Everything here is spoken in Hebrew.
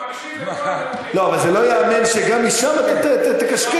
מקשיב לכל, אבל זה לא להאמין שגם משם אתה תקשקש.